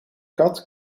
kat